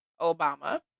Obama